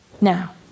Now